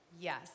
Yes